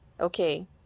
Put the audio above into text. okay